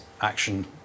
action